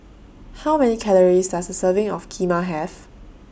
How Many Calories Does A Serving of Kheema Have